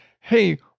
Hey